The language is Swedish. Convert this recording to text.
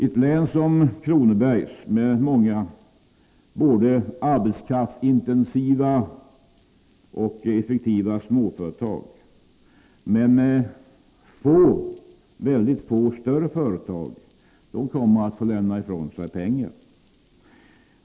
Ett län som Kronobergs, med många både arbetskraftsintensiva och effektiva småföretag men med få större företag, kommer att få lämna från sig pengar.